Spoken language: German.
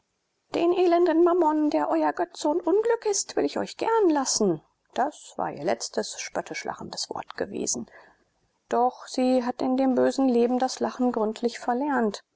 den elenden mammon der euer götze und unglück ist will ich euch gern lassen das war ihr letztes spöttisch lachendes wort gewesen doch sie hat in dem bösen leben das lachen gründlich verlernt